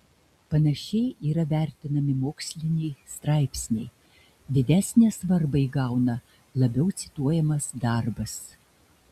panašiai yra vertinami moksliniai straipsniai didesnę svarbą įgauna labiau cituojamas darbas